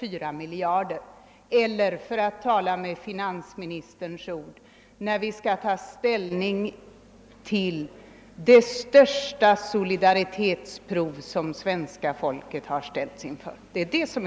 4 miljarder kronor eller, för att tala med finansministern, då vi skall ta ställning till det största solidaritetsprov som svenska folket har ställts inför.